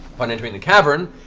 upon entering the cavern,